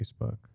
Facebook